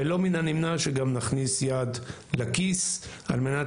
ולא מן הנמנע שגם נכניס יד לכיס על מנת